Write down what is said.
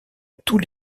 tous